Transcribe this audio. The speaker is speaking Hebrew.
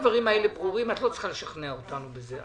את לא צריכה לשכנע אותנו בזה.